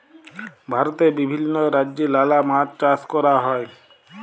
ভারতে বিভিল্য রাজ্যে লালা মাছ চাষ ক্যরা হ্যয়